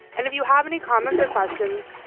and if you have any comments or questions,